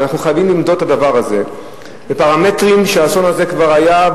ואנחנו חייבים למדוד את הדבר הזה בפרמטרים שהאסון הזה כבר היה,